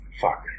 Fuck